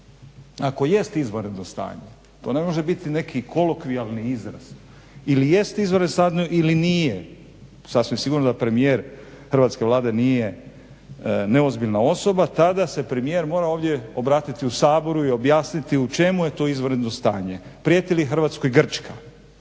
Ako jest izvanredno stanje, to ne može biti neki kolokvijalni izraz, ili jest izvanredno stanje ili nije, sasvim sigurno da premijer hrvatske Vlade nije neozbiljna osoba, tada se premijer mora ovdje obratiti u Saboru i objasniti u čemu je tu izvanredno stanje, prijeti li Hrvatskoj Grčka,